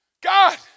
God